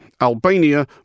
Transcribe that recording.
Albania